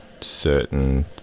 certain